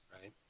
right